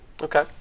Okay